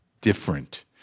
different